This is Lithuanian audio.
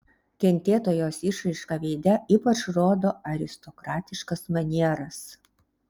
kentėtojos išraiška veide ypač rodo aristokratiškas manieras